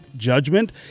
Judgment